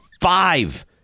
five